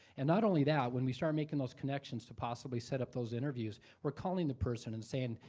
and not only that, when we start making those connections to possibly set up those interviews, we're calling the person and saying,